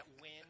win